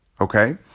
Okay